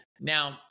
Now